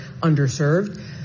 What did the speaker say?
underserved